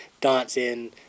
dancing